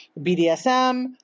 BDSM